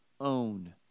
own